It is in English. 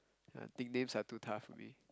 uh nicknames are too tough for me